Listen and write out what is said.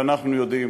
ואנחנו יודעים